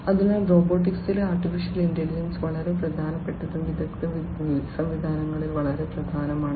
അതിനാൽ റോബോട്ടിക്സിലെ AI വളരെ പ്രധാനപ്പെട്ടതും വിദഗ്ധ സംവിധാനങ്ങളിൽ വളരെ പ്രധാനമാണ്